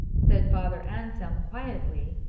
said father anselm quietly,